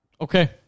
Okay